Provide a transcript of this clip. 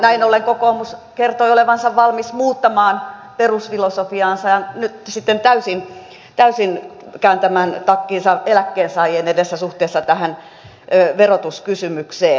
näin ollen kokoomus kertoi olevansa valmis muuttamaan perusfilosofiaansa ja nyt sitten täysin kääntämään takkinsa eläkkeensaajien edessä suhteessa tähän verotuskysymykseen